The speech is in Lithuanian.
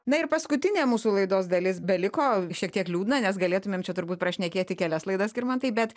na ir paskutinė mūsų laidos dalis beliko šiek tiek liūdna nes galėtumėm čia turbūt pašnekėti kelias laidas skirmantai bet